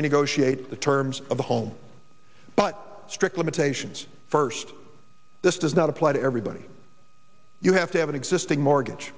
renegotiate the terms of the home but strict limitations first this does not apply to everybody you have to have an existing mortgage